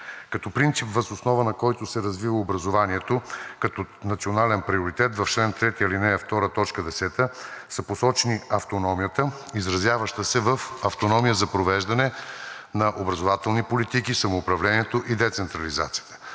Като принцип, въз основа на който се развива образованието като национален приоритет, в чл. 3, ал. 2, т. 10 са посочени автономията, изразяваща се в автономия за провеждане на образователни политики, самоуправлението и децентрализацията.